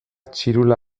txirula